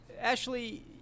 Ashley